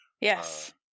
Yes